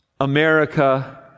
America